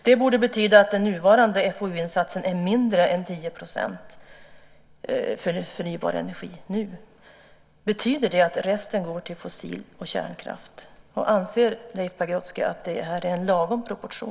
Det borde betyda att den nuvarande FoU-insatsen är mindre än 10 % för förnybar energi. Betyder det att resten går till fossil och kärnkraft? Och anser Leif Pagrotsky att det här är lagom proportioner?